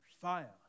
fire